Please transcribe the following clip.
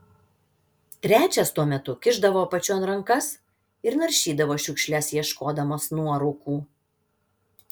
trečias tuo metu kišdavo apačion rankas ir naršydavo šiukšles ieškodamas nuorūkų